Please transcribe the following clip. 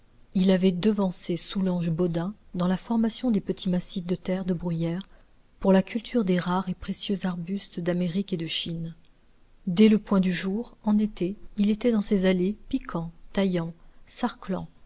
il avait devancé soulange bodin dans la formation des petits massifs de terre de bruyère pour la culture des rares et précieux arbustes d'amérique et de chine dès le point du jour en été il était dans ses allées piquant taillant sarclant